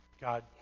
God